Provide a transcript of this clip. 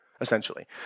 essentially